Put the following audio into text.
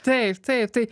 taip taip tai